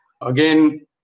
again